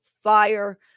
fire